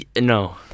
No